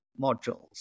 modules